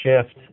shift